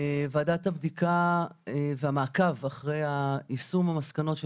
ועדת הבדיקה והמעקב אחרי יישום המסקנות של